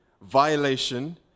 violation